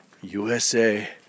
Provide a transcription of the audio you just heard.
USA